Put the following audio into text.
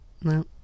No